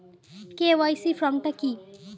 KYC form টা কি?